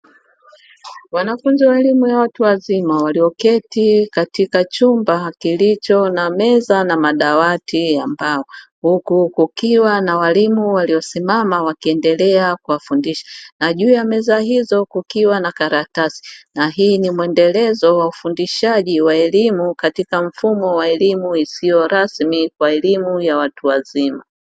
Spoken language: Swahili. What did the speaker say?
Wanafunzi wa elimu ya watu wazima walioketi katika chumba kilicho na meza na madawati ya mbao, huku kukiwa na walimu waliosimama wakiendelea kuwafundisha. Na juu ya meza hizo kukiwa na karatasi na hii ni mwendelezo wa ufundishaji wa elimu katika mfumo wa elimu isiyo rasmi kwa elimu ya watu wazima.